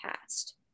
past